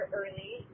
early